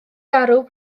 garw